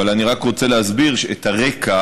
אבל אני רק רוצה להסביר את הרקע.